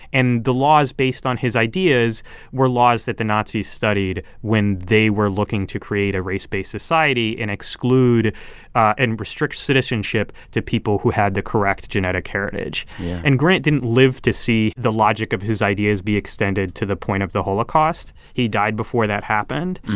and the laws based on his ideas were laws that the nazis studied when they were looking to create a race-based society and exclude and restrict citizenship to people who had the correct genetic heritage yeah and grant didn't live to see the logic of his ideas be extended to the point of the holocaust. he died before that happened.